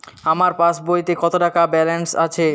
আমার পাসবইতে কত টাকা ব্যালান্স আছে?